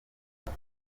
ibi